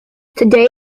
today